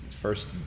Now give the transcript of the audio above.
First